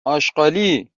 آشغالی